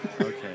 Okay